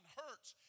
hurts